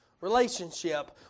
relationship